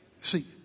See